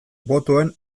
botoen